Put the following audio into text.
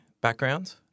background